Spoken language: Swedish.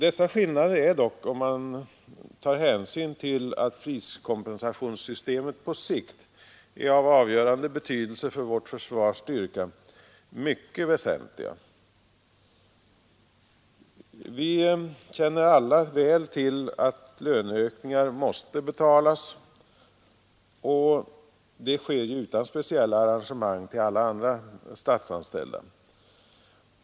Dessa är dock, om man tar hänsyn till att priskompensationssystemet på sikt är av avgörande betydelse för vårt försvars styrka, mycket väsentliga. Vi känner alla väl till att löneökningar måste betalas och det sker utan speciella arrangemang till alla andra statsanställda.